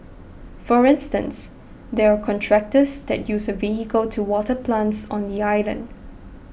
for instance there are contractors that use a vehicle to water plants on the island